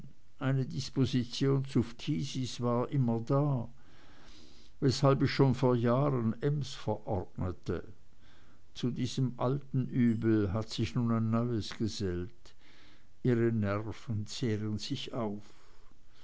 eine disposition zu phtisis war immer da weshalb ich schon vorjahren ems verordnete zu diesem alten übel hat sich nun ein neues gesellt ihre nerven zehren sich auf